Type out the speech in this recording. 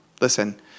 listen